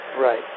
right